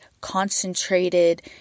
concentrated